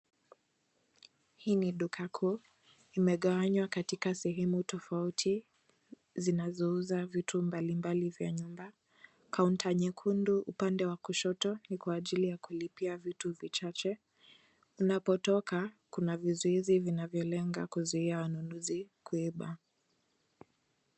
Hii ni duka kuu, imegawanya katika sehemu tofauti zinazouza vitu mbalimbali vya nyumba. Kaunta nyekundu upande wa kushoto ni kwa ajili ya kulipia vitu vichache. Unapotoka kuna vizuizi vinavyo lenga kuzuia wanunuzi kuiba.